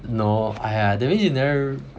no !aiya! that means you neve~